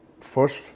First